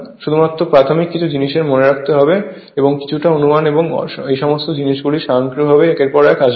শুধুমাত্র প্রাথমিক কিছু জিনিসের মনে রাখতে হবে এবং কিছুটা অনুমান এবং এই সমস্ত জিনিসগুলি স্বয়ংক্রিয়ভাবে একের পর এক আসবে